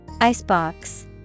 Icebox